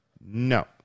No